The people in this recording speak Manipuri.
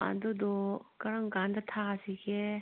ꯑꯗꯨꯗꯣ ꯀꯔꯝ ꯀꯥꯟꯗ ꯊꯥꯁꯤꯒꯦ